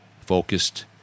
focused